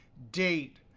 date,